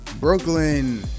Brooklyn